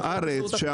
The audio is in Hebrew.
בארץ,